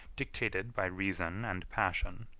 dictated by reason and passion,